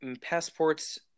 passports